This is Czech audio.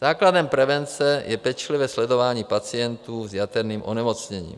Základem prevence je pečlivé sledování pacientů s jaterním onemocněním.